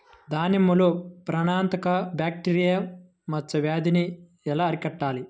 దానిమ్మలో ప్రాణాంతక బ్యాక్టీరియా మచ్చ వ్యాధినీ ఎలా అరికట్టాలి?